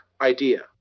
idea